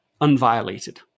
unviolated